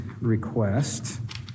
request